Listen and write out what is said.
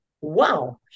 wow